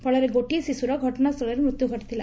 ଫଳରେ ଗୋଟିଏ ଶିଶୁର ଘଟଣାସ୍ଚଳରେ ମୃତ୍ୟୁ ଘଟିଥିଲା